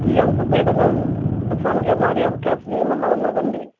ఈ అల్పపీడనం తుపాన్గా మారే అవకాశం ఏమన్నా ఉన్నాదండి